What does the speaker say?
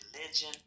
religion